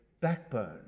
backbone